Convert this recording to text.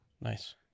Nice